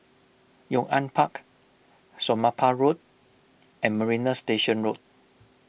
Yong An Park Somapah Road and Marina Station Road